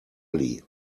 ali